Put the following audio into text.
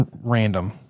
random